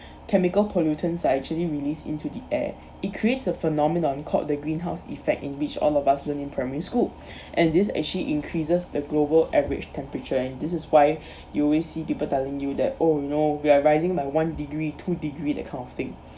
chemical pollutants are actually released into the air it creates a phenomenon called the greenhouse effect in which all of us learnt in primary school and this actually increases the global average temperature and this is why you always see people telling you that oh you know we are rising by one degree two degree that kind of thing